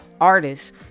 artists